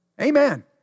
Amen